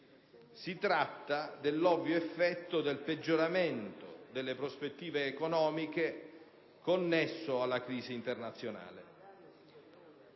Si tratta dell'ovvio effetto del peggioramento delle prospettive economiche connesso alla crisi internazionale.